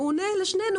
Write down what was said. הוא עונה לשנינו.